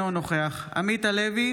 אינו נוכח עמית הלוי,